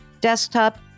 desktop